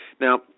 Now